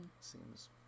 Seems